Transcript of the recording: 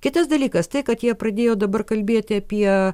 kitas dalykas tai kad jie pradėjo dabar kalbėti apie